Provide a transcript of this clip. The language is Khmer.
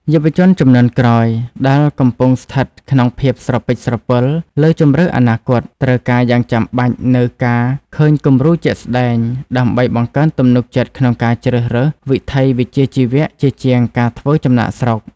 យុវជនជំនាន់ក្រោយដែលកំពុងស្ថិតក្នុងភាពស្រពិចស្រពិលលើជម្រើសអនាគត ត្រូវការយ៉ាងចាំបាច់នូវការឃើញគំរូជាក់ស្ដែង ដើម្បីបង្កើនទំនុកចិត្តក្នុងការជ្រើសរើសវិថីវិជ្ជាជីវៈជាជាងការធ្វើចំណាកស្រុក។